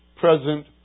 present